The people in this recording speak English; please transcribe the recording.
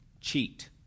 Cheat